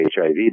HIV